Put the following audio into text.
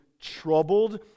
troubled